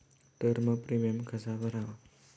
Term premium कसा भरावा?